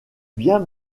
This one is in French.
bien